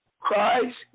Christ